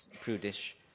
prudish